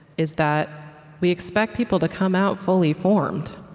is that we expect people to come out fully formed.